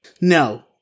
No